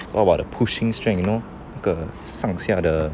it's all about the pushing strength you know 那个上下的